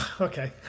Okay